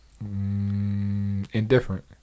Indifferent